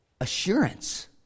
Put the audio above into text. assurance